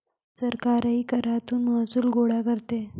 सरकारही करातून महसूल गोळा करते